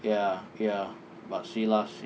ya ya but see lah